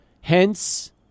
Hence